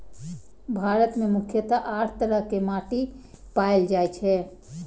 भारत मे मुख्यतः आठ तरह के माटि पाएल जाए छै